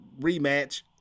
rematch